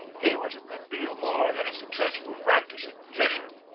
he was a good deal more than a suc cessful practising physician.